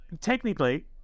technically